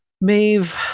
Maeve